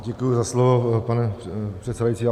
Děkuji za slovo, pane předsedající.